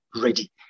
ready